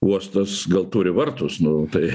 uostas gal turi vartus nu tai